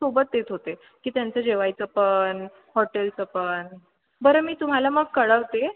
सोबत देत होते की त्यांचं जेवायचं पण हॉटेलचं पण बरं मी तुम्हाला मग कळवते